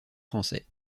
français